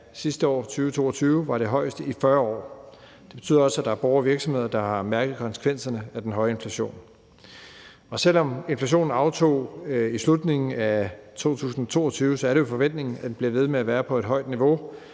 sidste år, 2022, var det højeste i 40 år. Det betyder også, at der er borgere og virksomheder, der har mærket konsekvenserne af den høje inflation. Selv om inflationen aftog i slutningen af 2022, er det jo forventningen, at den bliver ved med at være på et højt niveau,